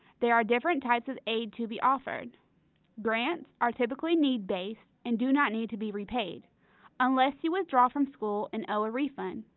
there are different types of aid to be offered grants are typically need-based and do not have to be repaid unless you withdraw from school and owe a refund.